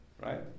right